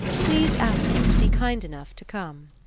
please ask him to be kind enough to come.